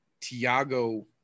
Tiago